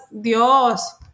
Dios